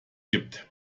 gibt